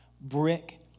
brick